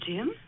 Jim